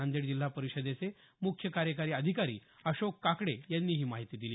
नांदेड जिल्हा परिषदेचे मुख्य कार्यकारी अधिकारी अशोक काकडे यांनी ही माहिती दिली